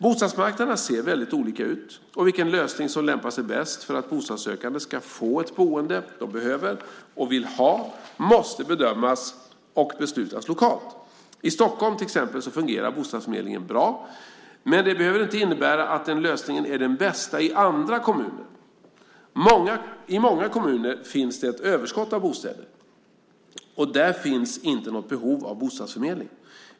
Bostadsmarknaderna ser väldigt olika ut, och vilken lösning som lämpar sig bäst för att bostadssökande ska få det boende de behöver och vill ha måste bedömas och beslutas lokalt. I till exempel Stockholm fungerar bostadsförmedlingen bra, men det behöver inte innebära att den lösningen är den bästa i andra kommuner. I många kommuner finns det ett överskott av bostäder, och där finns inte något behov av bostadsförmedling.